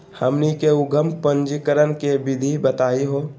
हमनी के उद्यम पंजीकरण के विधि बताही हो?